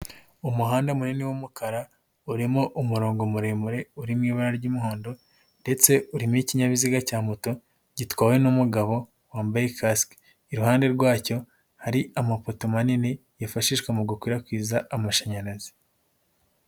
Umuhanda munini w'umukara urimo umurongo muremure uri mu ibara ry'umuhondo ndetse urimo ikinyabiziga cya moto gitwawe n'umugabo wambaye kasike, iruhande rwacyo hari amapoto manini yifashishwa mu gukwirakwiza amashanyarazi.